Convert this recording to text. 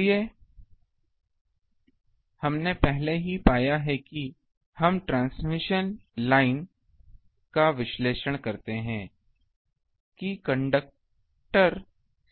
इसलिए हमने पहले ही पाया है कि हम ट्रांसमिशन लाइन का विश्लेषण करते हैं कि कंडक्टर